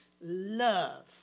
love